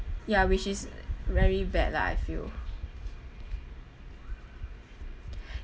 ya which is very bad lah I feel